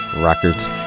records